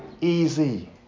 easy